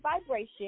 vibration